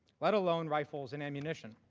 let alone rifles and ammunition.